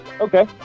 Okay